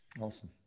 Awesome